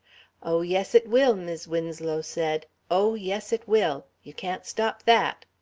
oh, yes it will, mis' winslow said. oh, yes, it will. you can't stop that.